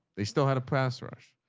they still had a pass rush.